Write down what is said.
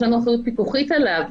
יש לנו אחריות פיקוחית עליו.